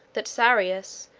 that sarus,